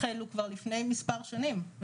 החלו כבר לפני מספר שנים.